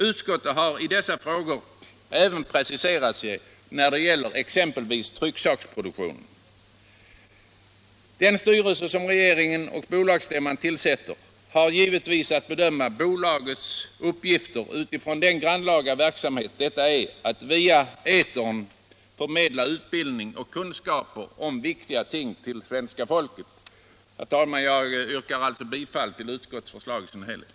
Utskottet har i dessa frågor även preciserat sig när det gäller exempelvis trycksaksproduktionen. Den styrelse som regeringen och bolagsstämman tillsätter har givetvis att bedöma bolagets uppgifter med hänsyn till den grannlaga verksamheten att via etern förmedla utbildning och kunskap om viktiga ting till svenska folket. Herr talman! Jag yrkar bifall till utskottets hemställan i dess helhet.